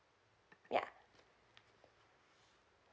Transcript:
ya